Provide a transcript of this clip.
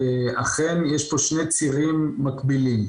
אכן יש פה שני צירים מקבילים.